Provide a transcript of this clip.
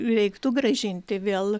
reiktų grąžinti vėl